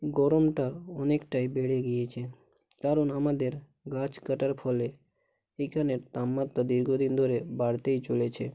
গরমটা অনেকটাই বেড়ে গিয়েছে কারণ আমাদের গাছ কাটার ফলে এখানের তাপমাত্রা দীর্ঘদিন ধরে বাড়তেই চলেছে